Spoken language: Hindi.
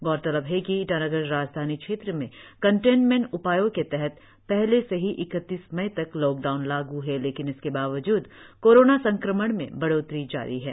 गौरतलब है कि ईटानगर राजधानी क्षेत्र में कंटेनमेंट उपायों के तहत पहले से ही इकतीस मई तक लॉकडाउन लागू है लेकिन इसके बादजूद कोरोना संक्रमण में बढ़ोत्तरी जारी है